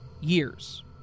Years